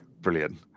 Brilliant